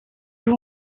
joue